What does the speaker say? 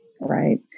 right